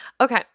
Okay